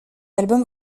album